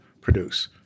produce